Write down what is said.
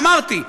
אמרתי,